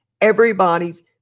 Everybody's